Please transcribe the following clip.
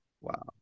Wow